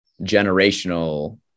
generational